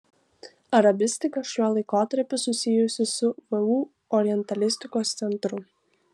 arabistika šiuo laikotarpiu susijusi su vu orientalistikos centru